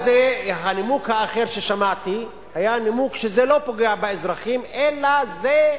הנימוק האחר ששמעתי היה הנימוק שזה לא פוגע באזרחים אלא זה,